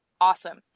awesome